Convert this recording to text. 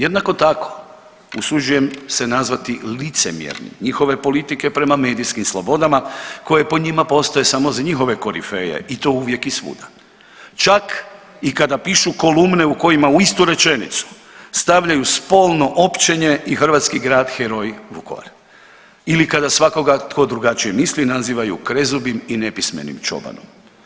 Jednako tako usuđujem se nazvati licemjernim njihove politike prema medijskim slobodama koje po njima postaje samo za njihove korifeje i to uvijek i svuda, čak i kada pišu kolumne u kojima u istu rečenicu stavljaju spolno općenje i hrvatski grad heroj Vukovar ili kada svakoga tko drugačije misli nazivaju krezubim i nepismenim čobanom.